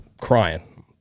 crying